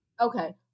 Okay